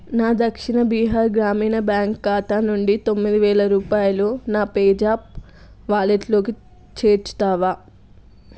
నా దక్షిణ బీహార్ గ్రామీణ బ్యాంక్ ఖాతా నుండి తొమ్మిది వేల రూపాయలు నా పేజాప్ వాలెట్లోకి చేర్చుతావా